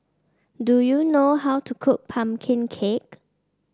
do you know how to cook pumpkin cake